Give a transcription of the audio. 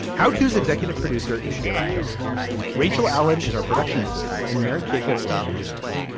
how tos executive producer is derek john rachel allen is our production assistant in merritt jacob is our engineer.